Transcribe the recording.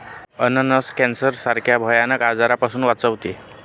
अननस कॅन्सर सारख्या भयानक आजारापासून वाचवते